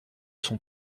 son